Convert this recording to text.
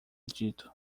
dito